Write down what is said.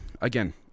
Again